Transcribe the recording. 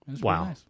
Wow